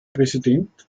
präsident